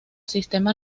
sistema